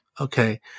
Okay